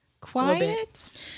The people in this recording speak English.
Quiet